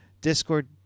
Discord